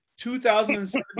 2007